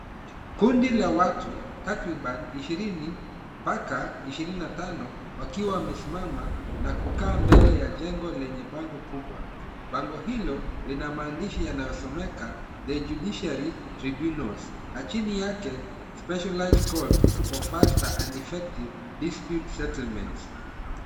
Kundi la watu takriban ishirini mpaka ishirini na tano wakiwa wamesimama na kukaa mbele ya jengo lenye bango kubwa. Bango hilo lina maandishi yanayosomeka, The Judiciary Tribunals na chini yake Specialised Courts For Faster and Effective Dispute Settlement .